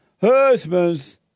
Husbands